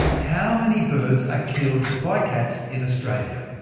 how many birds are killed by cats in australia?